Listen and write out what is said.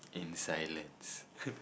in silence